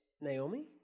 Naomi